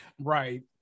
Right